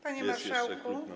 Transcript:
Panie Marszałku!